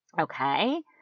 Okay